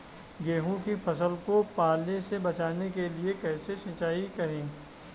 गेहूँ की फसल को पाले से बचाने के लिए कैसे सिंचाई करें?